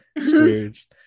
Scrooge